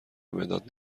مداد